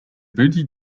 byli